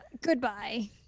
Goodbye